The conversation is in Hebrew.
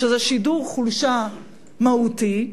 שזה שידור חולשה מהותית,